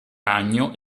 ragno